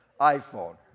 iPhone